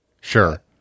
Sure